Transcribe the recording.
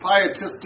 pietistic